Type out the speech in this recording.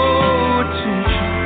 attention